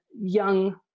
young